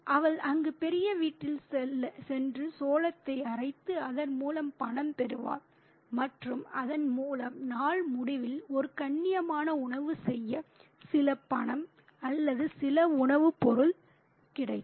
அவள் அங்கு பெரிய வீட்டில் சென்று சோளத்தை அரைத்து அதன் மூலம் பணம் பெறுவாள் மற்றும் அதன் மூலம் நாள் முடிவில் ஒரு கண்ணியமான உணவு செய்ய சில பணம் அல்லது சில உணவுப் பொருள் கிடைக்கும்